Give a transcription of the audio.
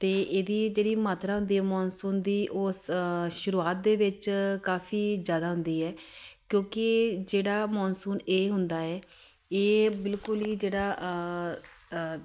ਅਤੇ ਇਹਦੀ ਇਹ ਜਿਹੜੀ ਮਾਤਰਾ ਹੁੰਦੀ ਹੈ ਮੌਨਸੂਨ ਦੀ ਉਸ ਸ਼ੁਰੂਆਤ ਦੇ ਵਿੱਚ ਕਾਫੀ ਜ਼ਿਆਦਾ ਹੁੰਦੀ ਹੈ ਕਿਉਂਕਿ ਜਿਹੜਾ ਮੌਨਸੂਨ ਇਹ ਹੁੰਦਾ ਹੈ ਇਹ ਬਿਲਕੁਲ ਹੀ ਜਿਹੜਾ